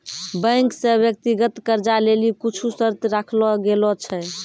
bank से व्यक्तिगत कर्जा लेली कुछु शर्त राखलो गेलो छै